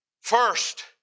First